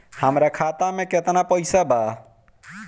हमरा खाता में केतना पइसा बा?